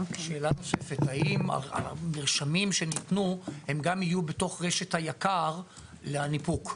שאלה נוספת: האם המרשמים שניתנו גם יהיו בתוך רשת היק"ר לניפוק?